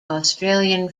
australian